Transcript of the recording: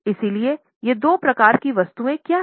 इसलिएये दो प्रकार की वस्तुएँ क्या हैं